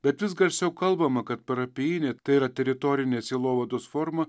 bet vis garsiau kalbama kad parapijinė tai yra teritorinė sielovados forma